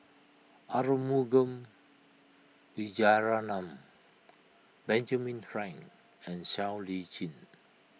Arumugam Vijiaratnam Benjamin Frank and Siow Lee Chin